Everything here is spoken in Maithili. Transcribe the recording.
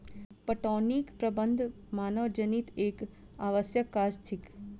पटौनीक प्रबंध मानवजनीत एक आवश्यक काज थिक